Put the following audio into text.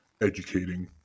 educating